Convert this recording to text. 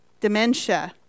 dementia